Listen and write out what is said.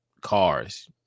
cars